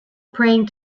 praying